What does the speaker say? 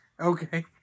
Okay